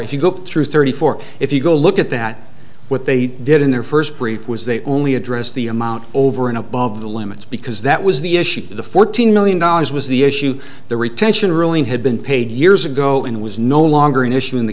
if you go through thirty four if you go look at that what they did in their first brief was they only address the amount over and above the limits because that was the issue the fourteen million dollars was the issue the retention ruling had been paid years ago and it was no longer an issue in that